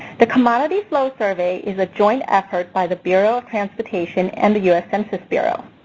the commodity flow survey is a joint effort by the bureau of transportation and the us census bureau.